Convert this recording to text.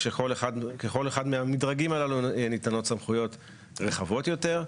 כשלכל אחד מהמדרגים הללו ניתנות סמכויות רחבות יותר.